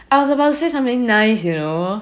I was about to say something nice you know